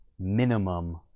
minimum